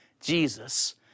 Jesus